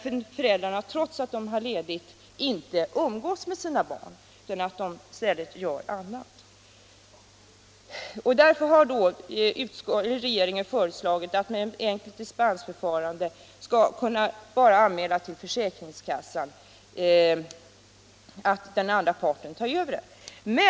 Enligt denna umgås inte många föräldrar med sina barn, trots att de har ledigt. Regeringen har därför föreslagit att man med ett enkelt dispensförfarande skall kunna anmäla till försäkringskassan att den andra parten tar över.